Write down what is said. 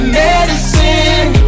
medicine